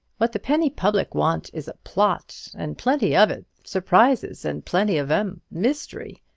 what the penny public want is plot, and plenty of it surprises, and plenty of em mystery,